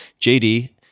JD